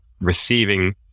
receiving